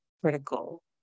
critical